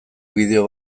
bideo